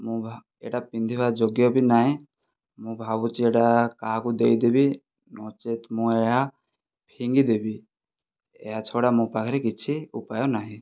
ମୁଁ ଏଇଟା ପିନ୍ଧିବା ଯୋଗ୍ୟ ବି ନାହିଁ ମୁଁ ଭାବୁଛି ଏଇଟା କାହାକୁ ଦେଇଦେବି ନଚେତ ମୁଁ ଏହା ଫିଙ୍ଗିଦେବି ଏହା ଛଡ଼ା ମୋ ପାଖରେ କିଛି ଉପାୟ ନାହିଁ